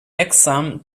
exam